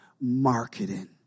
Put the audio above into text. marketing